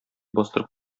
бастырып